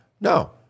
No